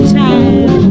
time